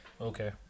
Okay